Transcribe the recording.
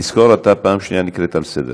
תזכור, אתה פעם שנייה נקראת לסדר.